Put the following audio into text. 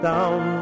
Down